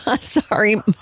Sorry